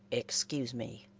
excuse me.